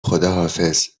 خداحافظ